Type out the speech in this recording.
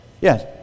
Yes